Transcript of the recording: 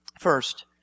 First